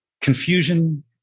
confusion